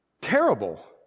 terrible